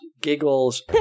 giggles